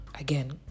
again